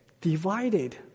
divided